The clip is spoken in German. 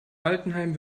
altenheim